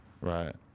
Right